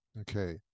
Okay